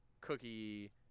cookie